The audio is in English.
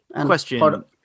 Question